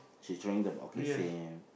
she trying the okay same